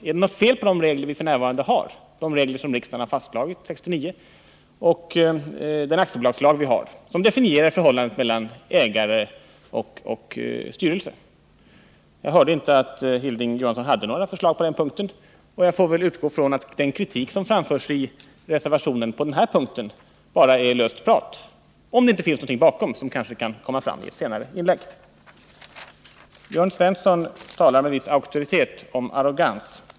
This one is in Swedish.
Är det något fel på de regler som vi f.n. har, regler som riksdagen fastslog 1969, eller den aktiebolagslag som vi har och som definierar förhållandet mellan ägare och styrelse? Jag kunde inte höra att Hilding Johansson hade några förslag på den punkten. Jag får väl utgå från att den kritik som framförs i reservationen härvidlag bara är löst prat — om det nu inte ligger något annat bakom kritiken som kanske kan komma fram i ett senare inlägg. Jörn Svensson talar med viss auktoritet om arrogans.